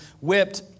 whipped